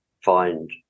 find